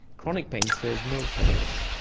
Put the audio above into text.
chronic pain serves no purpose.